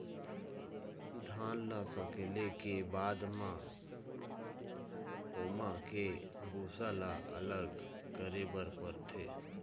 धान ल सकेले के बाद म ओमा के भूसा ल अलग करे बर परथे